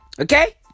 Okay